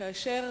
כאשר